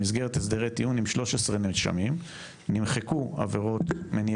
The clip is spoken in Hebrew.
במסגרת הסדרי טיעון עם 13 נאשמים נמחקו עבירות מניע